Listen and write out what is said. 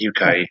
UK